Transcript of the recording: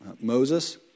Moses